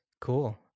Cool